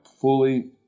fully